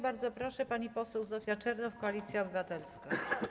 Bardzo proszę, pani poseł Zofia Czernow, Koalicja Obywatelska.